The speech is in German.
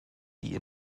die